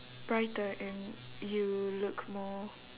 brighter and you look more